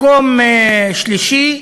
מקום שלישי,